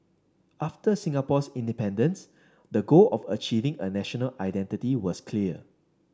after Singapore's independence the goal of achieving a national identity was clear